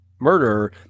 murderer